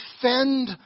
defend